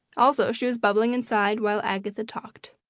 also she was bubbling inside while agatha talked.